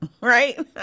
right